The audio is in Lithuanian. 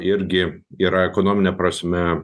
irgi yra ekonomine prasme